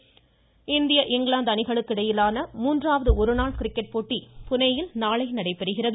cricket இந்திய இங்கிலாந்து அணிகளுக்கு இடையிலான மூன்றாவது ஒருநாள் கிரிக்கெட் போட்டி புனேயில் நாளை நடைபெறுகிறது